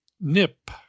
Nip